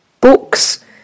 books